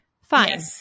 Fine